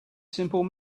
simple